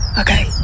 okay